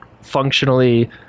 functionally